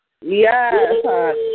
Yes